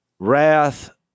Wrath